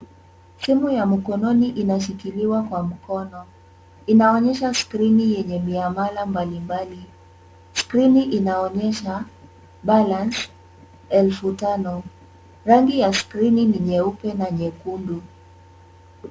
Simu ya mkononi inashikiliwa kwa mkono. Inaonyesha skrini yenye miamala mbalimbali. Skrini inaonyesha balance elfu tano. Rangi ya skrini ni nyeupe na nyekundu.